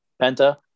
Penta